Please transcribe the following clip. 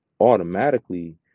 automatically